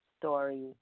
story